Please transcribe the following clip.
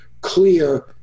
clear